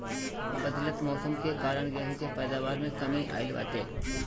बदलत मौसम के कारण गेंहू के पैदावार में कमी आइल बाटे